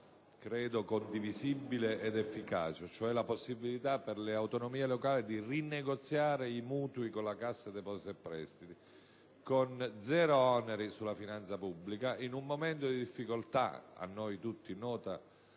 condivisibile ed efficace, vale a dire la possibilitaper le autonomie locali di rinegoziare i mutui con la Cassa depositi e prestiti, con zero oneri per la finanza pubblica. In un momento di difficolta per gli enti